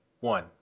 one